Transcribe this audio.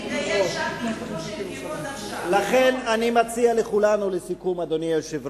הם יכולים להמשיך להתגייר שם בדיוק כמו שהם התגיירו עד עכשיו.